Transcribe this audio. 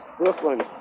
Brooklyn